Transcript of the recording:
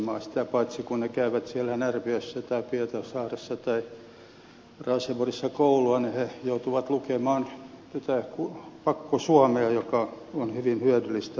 sitä paitsi kun he käyvät siellä närpiössä tai pietarsaaressa tai raaseporissa koulua niin he joutuvat lukemaan tätä pakkosuomea joka on hyvin hyödyllistä osata